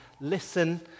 listen